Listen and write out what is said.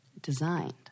designed